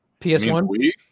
PS1